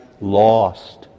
lost